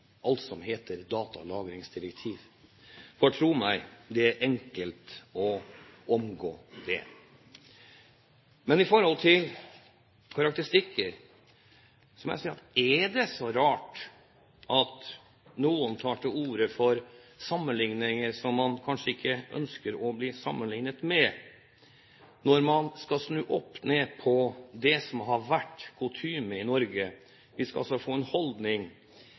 alt som heter datalagringsdirektiv. For tro meg, det er enkelt å omgå det. Men i forhold til karakteristikker må jeg si: Er det så rart at noen tar til orde for sammenligninger som man kanskje ikke ønsker å høre, når man skal snu opp ned på det som har vært kutyme i Norge? Vi skal altså få en holdning